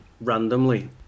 randomly